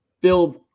Bill